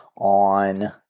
on